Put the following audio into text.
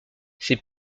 ces